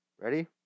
Ready